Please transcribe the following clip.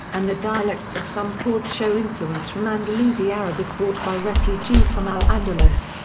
and the dialects of some ports show influence from andalusi arabic brought by refugees from al-andalus.